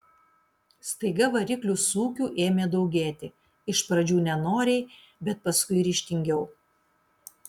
staiga variklių sūkių ėmė daugėti iš pradžių nenoriai bet paskui ryžtingiau